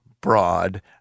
Broad